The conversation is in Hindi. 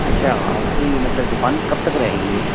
अच्छा आपकी मतलब दुकान कब तक रहेगी ये